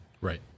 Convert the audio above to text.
Right